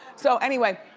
so anyway,